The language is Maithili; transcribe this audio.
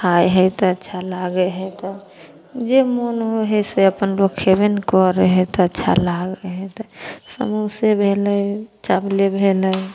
खाइ हइ तऽ अच्छा लागै हइ तऽ जे मोन होइ हइ से अपन लोक खेबै ने करै हइ तऽ अच्छा लागै हइ तऽ समोसे भेलै चावले भेलै